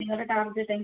നിങ്ങളുടെ ടാർജെറ്റ്